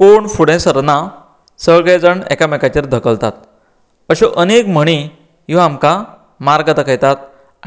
कोण फुडें सरना सगळे जाण एकामेकाचेर धकलतात अश्यो अनेक म्हणी ह्यो आमकां मार्ग दाखयतात